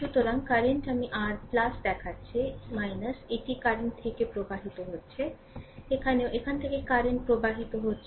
সুতরাং কারেন্ট আমি r দেখাচ্ছে এটি কারেন্ট থেকে প্রবাহিত হচ্ছে এখানেও এখান থেকে কারেন্ট প্রবাহিত হচ্ছে